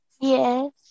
Yes